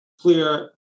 clear